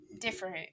Different